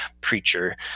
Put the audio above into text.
preacher